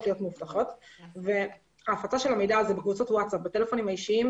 להיות מאובטחות וההפקה של המידע הזה בקבוצות ווטאספ ובטלפונים האישיים,